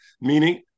Meaning